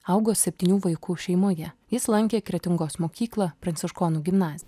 augo septynių vaikų šeimoje jis lankė kretingos mokyklą pranciškonų gimnaziją